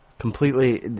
completely